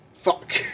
Fuck